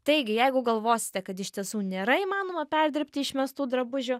taigi jeigu galvosite kad iš tiesų nėra įmanoma perdirbti išmestų drabužių